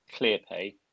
Clearpay